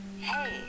Hey